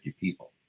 people